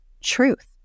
truth